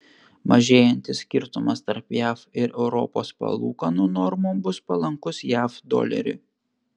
mažėjantis skirtumas tarp jav ir europos palūkanų normų bus palankus jav doleriui